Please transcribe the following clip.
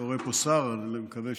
לא רואה פה שר, אני מקווה,